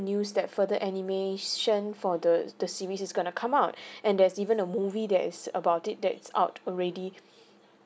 news that further animation for the the series is going to come out and there's even a movie that is about it that it's out already